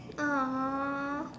!aww!